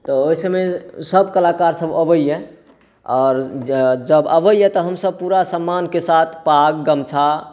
तऽ ओहि सबमे सब कलाकार सब आबैए आओर जब आबैए तऽ हमसब पूरा सम्मानके साथ पाग गमछा